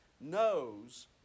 knows